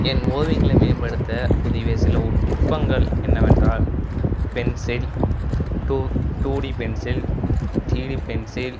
என் ஓவியங்கள மேம்படுத்த புதிய சில நுட்பங்கள் என்னவென்றால் pencil two two D pencil three D pencil